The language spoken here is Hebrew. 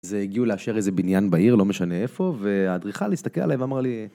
זה הגיעו לאשר איזה בניין בעיר, לא משנה איפה, והאדריכל הסתכל עליהם ואמר לי